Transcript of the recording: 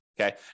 Okay